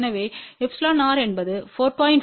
எனவே εrஎன்பது 4